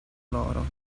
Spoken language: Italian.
loro